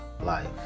life